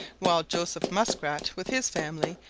while joseph muskrat with his family,